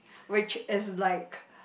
which is like